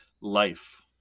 life